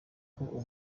uko